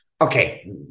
Okay